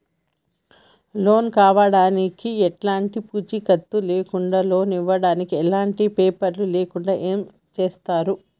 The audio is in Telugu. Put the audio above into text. లోన్ కావడానికి ఎలాంటి పూచీకత్తు లేకుండా లోన్ ఇవ్వడానికి ఎలాంటి పేపర్లు లేకుండా ఏం చేస్తారు?